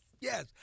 Yes